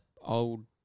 old